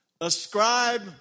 Ascribe